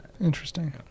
Interesting